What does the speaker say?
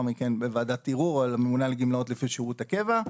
מכן בוועדת ערעור על הממונה על הגמלאות לפי שירות הקבע,